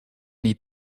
need